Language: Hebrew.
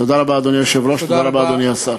תודה רבה, אדוני היושב-ראש, תודה רבה, אדוני השר.